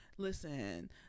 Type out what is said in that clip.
listen